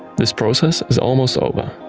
this process is almost over.